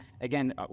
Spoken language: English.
Again